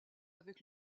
avec